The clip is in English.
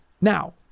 Now